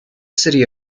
city